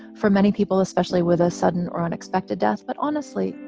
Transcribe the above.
for many people, especially with a sudden or unexpected death. but honestly,